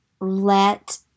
let